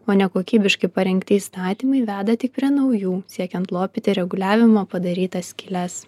o nekokybiškai parengti įstatymai veda tik prie naujų siekiant lopyti reguliavimo padarytas skyles